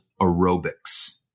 Aerobics